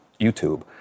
YouTube